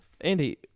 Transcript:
Andy